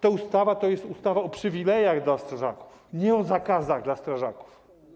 Ta ustawa jest o przywilejach dla strażaków, nie o zakazach dla strażaków.